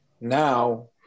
Now